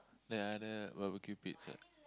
there are the barbecue pits what